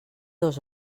dos